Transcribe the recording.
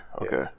Okay